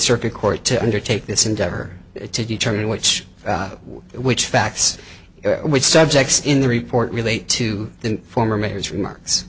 circuit court to undertake this endeavor to determine which which facts which subjects in the report relate to the former mayors remarks